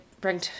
bring